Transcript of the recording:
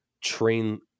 train